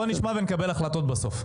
בוא נשמע ונקבל החלטות בסוף.